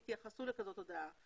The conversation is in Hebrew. יתייחסו להודעה כזאת.